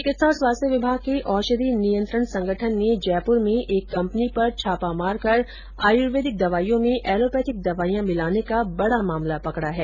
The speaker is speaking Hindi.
चिकित्सा और स्वास्थ्य विभाग के औषधि नियंत्रण संगठन ने जयपुर में एक कंपनी पर छापा मारकर आयुर्वेदिक दवाइयों में एलोपैथिक दवाइयां मिलाने का बड़ा मामला पकड़ा है